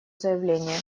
заявление